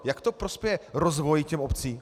Jak to prospěje rozvoji těch obcí?